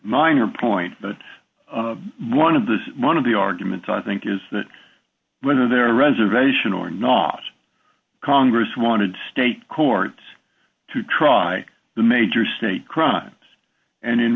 minor point but one of those one of the arguments i think is that whether they're reservation or not congress wanted state courts to try the major state crime and in